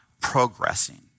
progressing